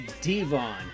Devon